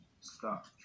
Stop